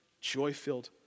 joy-filled